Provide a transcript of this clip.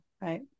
right